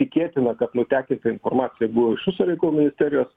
tikėtina kad nutekinta informacija buvo iš užsienio reikalų ministerijos